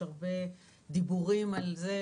יש הרבה דיבורים על זה,